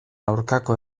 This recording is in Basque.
aurkako